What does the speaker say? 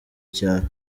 cyane